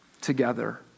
together